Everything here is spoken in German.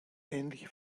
ähnliche